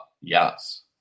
Yes